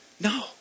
No